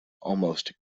almost